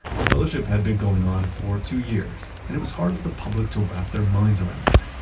the fellowship had been going on for two years and it was hard for the public to wrap their minds around it,